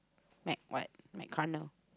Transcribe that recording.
mac what mac carnel